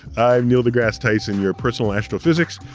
i'm neil degrasse tyson, your personal astrophysicist,